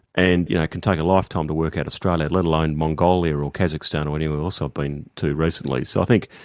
and, you know, it can take a lifetime to work out australia, let alone mongolia or or kazakhstan or anywhere else i've been to recently. so i think,